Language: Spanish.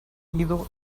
ido